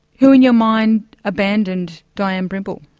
who, in your mind, abandoned dianne brimble?